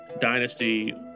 dynasty